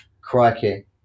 Crikey